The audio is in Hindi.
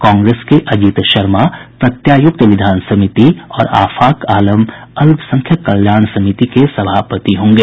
कांग्रेस के अजीत शर्मा प्रत्यायुक्त विधान समिति और आफाक आलम अल्पसंख्यक कल्याण समिति के सभापति होंगे